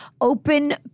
open